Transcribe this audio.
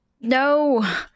no